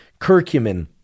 curcumin